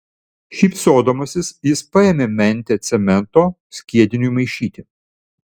šypsodamasis jis paėmė mentę cemento skiediniui maišyti